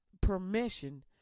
permission